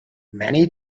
many